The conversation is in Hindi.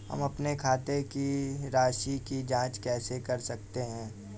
हम अपने खाते की राशि की जाँच कैसे कर सकते हैं?